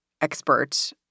expert